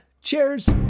Cheers